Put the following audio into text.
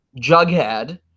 Jughead